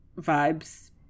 vibes